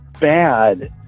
bad